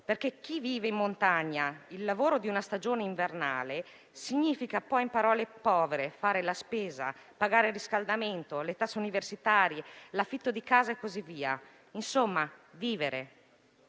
perché chi vive in montagna sa che il lavoro di una stagione invernale significa, in parole povere, poter fare la spesa, pagare il riscaldamento, le tasse universitarie, l'affitto di casa e così via. Insomma,